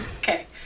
Okay